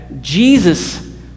Jesus